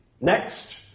Next